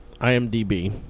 IMDB